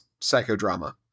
psychodrama